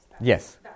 Yes